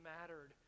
mattered